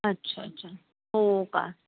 अच्छा अच्छा हो का